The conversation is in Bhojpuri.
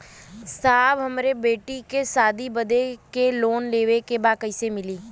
साहब हमरे बेटी के शादी बदे के लोन लेवे के बा कइसे मिलि?